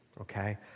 okay